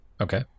Okay